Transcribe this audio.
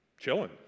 chilling